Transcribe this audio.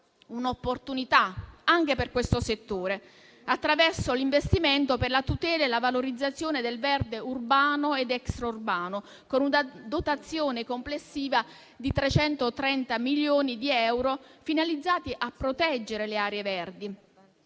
un'opportunità anche per questo settore, attraverso l'investimento per la tutela e la valorizzazione del verde urbano ed extraurbano, con una dotazione complessiva di 330 milioni di euro finalizzati a proteggere le aree verdi